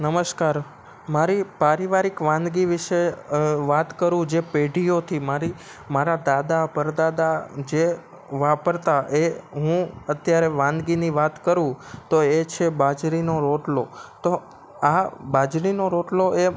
નમસ્કાર મારી પારિવારિક વાનગી વિશે વાત કરું જે પેઢીઓથી મારી મારા દાદા પરદાદા જે વાપરતા એ હું અત્યારે વાનગીની વાત કરું તો એ છે બાજરીનો રોટલો તો આ બાજરીનો રોટલો એ